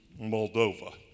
Moldova